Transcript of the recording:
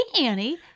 Annie